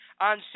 on